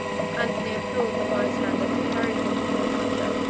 antony implored the by-standers to carry him to cleopatra,